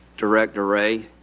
director wray,